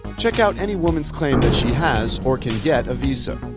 check out any woman's claim that she has or can get a visa.